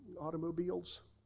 automobiles